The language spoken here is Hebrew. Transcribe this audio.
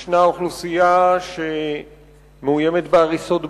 יש אוכלוסייה מאוימת בהריסות בתים,